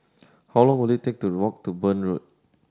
how long will it take to walk to Burn Road